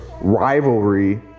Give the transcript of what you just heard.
rivalry